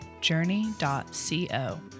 journey.co